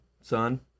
son